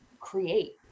create